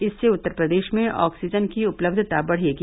इससे उत्तर प्रदेश में ऑक्सीजन की उपलब्धता बढ़ेगी